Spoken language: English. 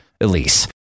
Elise